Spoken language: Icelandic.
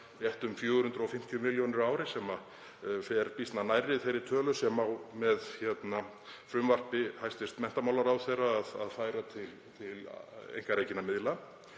rétt um 450 milljónir á ári sem fer býsna nærri þeirri tölu sem á með frumvarpi hæstv. menntamálaráðherra að færa til einkarekinna miðla.